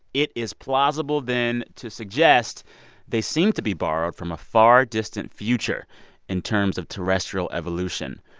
it is plausible then to suggest they seem to be borrowed from a far-distant future in terms of terrestrial evolution,